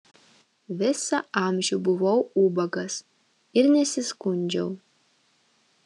visą amžių buvau ubagas ir nesiskundžiau